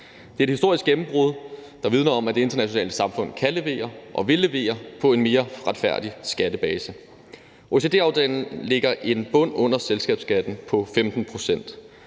Det er et historisk gennembrud, der vidner om, at det internationale samfund kan levere og vil levere en mere retfærdig skattebase. OECD-aftalen lægger en bund under selskabsskatten på 15 pct.,